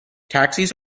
taxis